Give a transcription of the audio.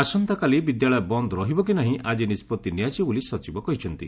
ଆସନ୍ତାକାଲି ବିଦ୍ୟାଳୟ ବନ୍ଦ ରହିବ କି ନାହିଁ ଆଜି ନିଷ୍ବତ୍ତି ନିଆଯିବ ବୋଲି ସଚିବ କହିଛନ୍ତି